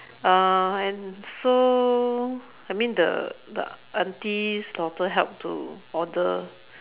uh and so I mean the the aunty's daughter help to order